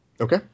Okay